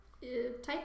Type